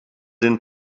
den